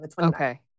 Okay